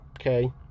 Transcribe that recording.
Okay